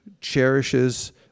cherishes